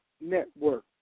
Network